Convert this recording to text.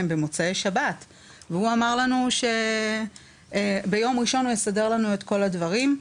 במוצאי שבת - והוא אמר לנו שביום ראשון הוא יסדר לנו את כל הדברים,